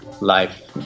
life